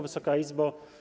Wysoka Izbo!